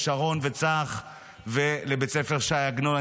לשרון וצח ולבית ספר ש"י עגנון.